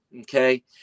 Okay